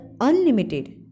unlimited